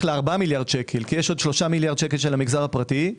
ל-4 מיליארד שקל כי יש עוד 3 מיליארד שקל של המגזר הפרטי.